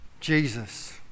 Jesus